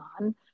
on